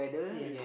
yes